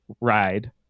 ride